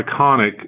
iconic